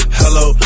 hello